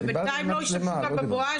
ובינתיים לא השתמשו גם בבואש,